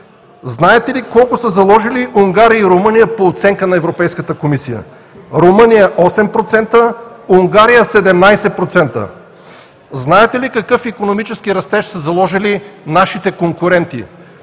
Знаете ли колко са заложили Унгария и Румъния по оценка на Европейската комисия? Румъния – 8%, Унгария – 17%. Знаете ли какъв икономически растеж са заложили нашите конкуренти?